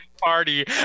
party